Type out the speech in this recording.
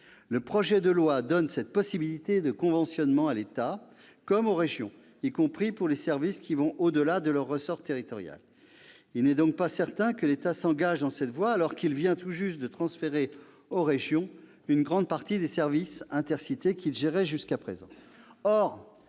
Le projet de loi donne cette possibilité de conventionnement tant à l'État qu'aux régions, y compris pour les services qui vont au-delà de leur ressort territorial. Il n'est pas certain que l'État s'engage dans cette voie, alors qu'il vient tout juste de transférer aux régions une grande partie des services Intercités qu'il gérait jusqu'à présent.